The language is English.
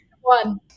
One